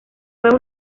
fue